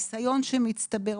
ניסיון שמצטבר.